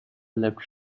left